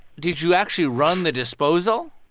did you actually run the disposal?